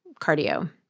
cardio